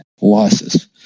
losses